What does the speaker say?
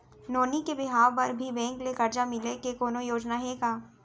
नोनी के बिहाव बर भी बैंक ले करजा मिले के कोनो योजना हे का?